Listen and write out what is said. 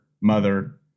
mother